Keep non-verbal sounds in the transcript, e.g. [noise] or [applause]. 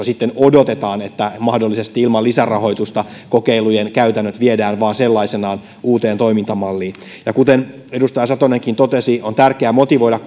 [unintelligible] sitten odotetaan että mahdollisesti ilman lisärahoitusta kokeilujen käytännöt viedään vain sellaisenaan uuteen toimintamalliin kuten edustaja satonenkin totesi on tärkeää motivoida [unintelligible]